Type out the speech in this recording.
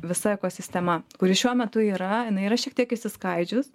visa ekosistema kuri šiuo metu yra jinai yra šiek tiek išsiskaidžius